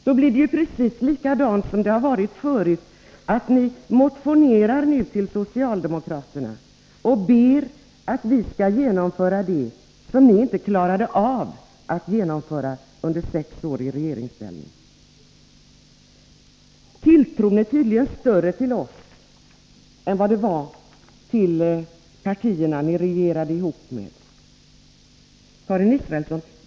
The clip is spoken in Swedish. Då blir det ju precis likadant som det har varit förut, att ni motionerar till socialdemokraterna och ber att vi skall genomföra det som ni inte klarade av att genomföra under sex år i regeringsställning. Tilltron är tydligen större till oss än till de partier ni regerade ihop med.